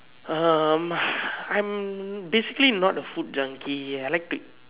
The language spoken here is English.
um I'm basically not a food junkie I like to